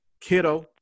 Kiddo